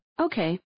Okay